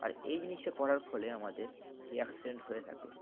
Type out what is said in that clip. আর এই জিনিসটা করার ফলে আমাদের এই অ্যাক্সিডেন্ট হয়ে থাকে